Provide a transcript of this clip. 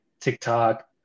TikTok